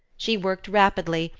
she worked rapidly,